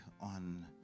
on